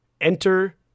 Enter